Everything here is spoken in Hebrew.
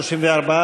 סתיו שפיר,